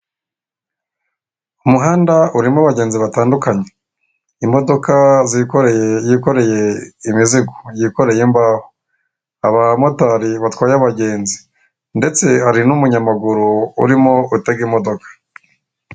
Umuhanda urimo abagenzi, batandukanye imodoka zikoreye, yikoreye imizigo, yikoreye imbaho, abamotari batwaye abagenzi ndetse hari n'umunyamaguru urimo gutega imodoka.